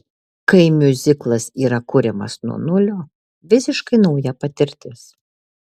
kaip miuziklas yra kuriamas nuo nulio visiškai nauja patirtis